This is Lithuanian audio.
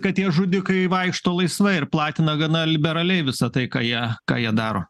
kad tie žudikai vaikšto laisvai ir platina gana liberaliai visa tai ką jie ką jie daro